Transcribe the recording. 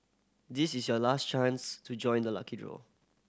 this is your last chance to join the lucky draw